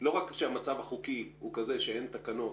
לא רק שהמצב החוקי הוא כזה שאין תקנות,